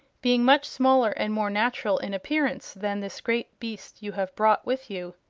being much smaller and more natural in appearance than this great beast you have brought with you.